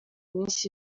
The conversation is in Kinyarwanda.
iminsi